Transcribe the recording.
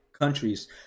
countries